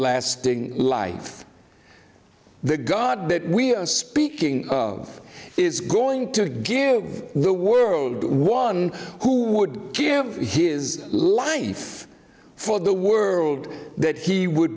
lasting life the god that we are speaking of is going to give the world one who would give his life for the world that he would